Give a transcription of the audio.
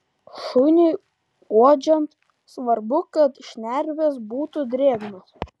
šuniui uodžiant svarbu kad šnervės būtų drėgnos